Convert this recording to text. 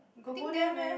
you got go there meh